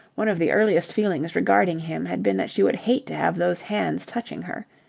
one of the earliest feelings regarding him had been that she would hate to have those hands touching her.